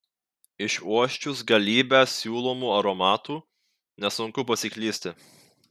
išuosčius galybę siūlomų aromatų nesunku pasiklysti